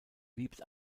liebt